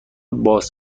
باز